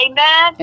Amen